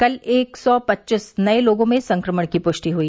कल एक सौ पच्चीस नए लोगों में संक्रमण की पुष्टि हुई